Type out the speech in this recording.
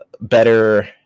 better